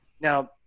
Now